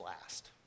last